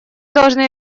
должны